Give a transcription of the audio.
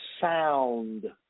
sound